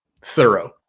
thorough